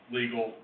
legal